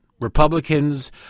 Republicans